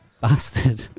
bastard